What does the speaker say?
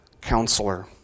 Counselor